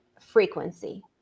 frequency